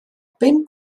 bum